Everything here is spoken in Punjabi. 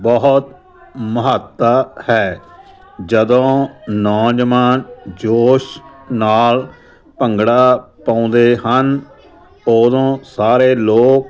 ਬਹੁਤ ਮਹੱਤਤਾ ਹੈ ਜਦੋਂ ਨੌਜਵਾਨ ਜੋਸ਼ ਨਾਲ ਭੰਗੜਾ ਪਾਉਂਦੇ ਹਨ ਉਦੋਂ ਸਾਰੇ ਲੋਕ